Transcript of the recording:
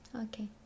Okay